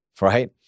right